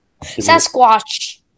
Sasquatch